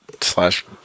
Slash